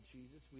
Jesus